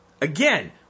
again